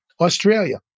Australia